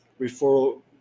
referral